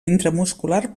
intramuscular